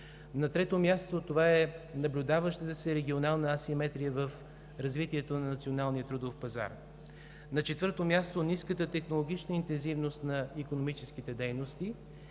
На трето място, това е наблюдаващата се регионална асиметрия в развитието на националния трудов пазар. На четвърто място, ниската технологична интензивност на икономическите дейности